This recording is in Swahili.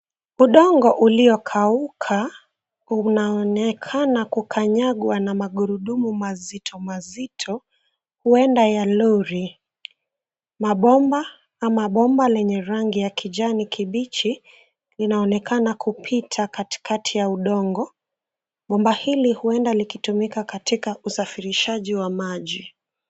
Udongo uliokauka, unaonekana kukanyangwa na magurudumu mazito mazito, huenda ya lori. Mabomba ama bomba lenye rangi ya kijani kibichi, linaonekana kupita katikati ya udongo. Bomba hili huenda likitumika katika usafirishaji wa maji.